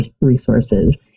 resources